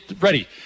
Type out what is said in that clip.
ready